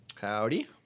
Howdy